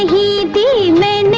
he be